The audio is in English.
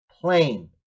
plain